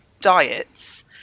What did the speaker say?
diets